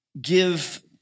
Give